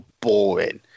boring